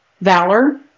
valor